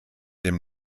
dem